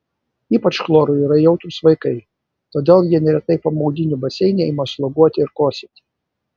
ypač chlorui yra jautrūs vaikai todėl jie neretai po maudynių baseine ima sloguoti ir kosėti